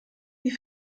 die